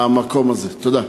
תודה.